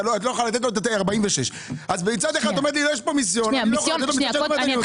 את לא יכולה לתת לו 46. מיסיון היא פעילות